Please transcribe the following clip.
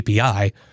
API